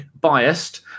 biased